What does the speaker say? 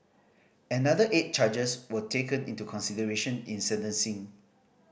another eight charges were taken into consideration in sentencing